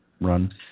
run